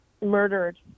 murdered